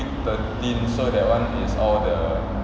week thirteen so that [one] is all the